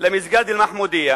למסגד אלמחמודיה,